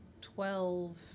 Twelve